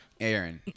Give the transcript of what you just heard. Aaron